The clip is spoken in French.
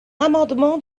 amendement